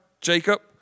Jacob